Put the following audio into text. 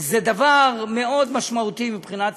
זה דבר מאוד משמעותי מבחינה ציבורית,